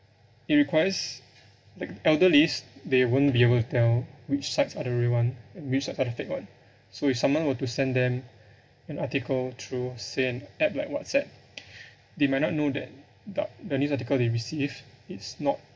it requires like elderlies they won't be able to tell which sites are the real one and which are the fake one so if someone were to send them an article through say an app like whatsapp they might not know that th~ uh the news article they received is not